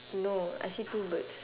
no I see two birds